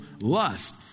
lust